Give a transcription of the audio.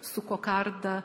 su kokarda